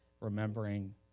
remembering